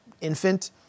infant